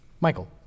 Michael